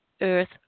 earth